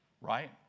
right